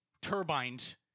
turbines